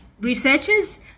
researchers